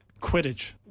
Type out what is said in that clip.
Quidditch